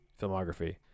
filmography